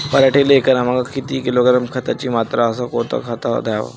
पराटीले एकरामागं किती किलोग्रॅम खताची मात्रा अस कोतं खात द्याव?